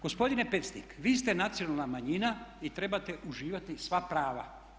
Gospodine Pecnik, vi ste nacionalna manjina i trebate uživati sva prava.